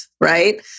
right